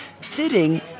sitting